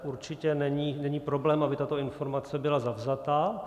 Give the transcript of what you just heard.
Určitě není problém, aby tato informace byla zavzata.